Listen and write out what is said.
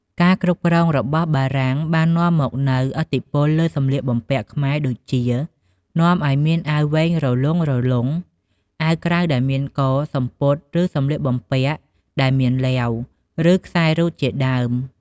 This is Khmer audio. ការគ្រប់គ្រងរបស់បារំាងបាននាំមកនូវឥទ្ធិពលលើសម្លៀកបំពាក់ខ្មែរដូចជា នាំឱ្យមានអាវវែងរលុងៗ អាវក្រៅដែលមានក សំពត់ ឬសម្លៀកបំពាក់ដែលមានឡេវ ឬ ខ្សែរ៉ូតជាដើម។